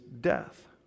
death